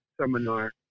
seminar